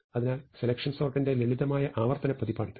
അതിനാൽ സെലക്ഷൻ സോർട്ടിന്റെ ലളിതമായ ആവർത്തന പതിപ്പാണ് ഇത്